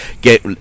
get